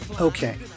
Okay